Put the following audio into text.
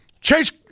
Chase